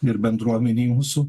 ir bendruomenei mūsų